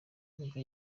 nibwo